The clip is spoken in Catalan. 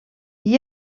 com